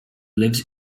lives